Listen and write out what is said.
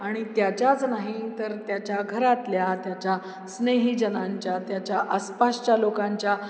आणि त्याच्याच नाही तर त्याच्या घरातल्या त्याच्या स्नेही जनांच्या त्याच्या आसपासच्या लोकांच्या